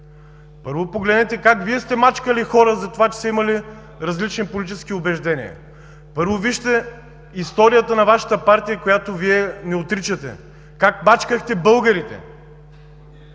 Първо погледнете как Вие сте мачкали хора за това, че са имали различни политически убеждения. Първо вижте историята на Вашата партия, която не отричате, как мачкахте българите…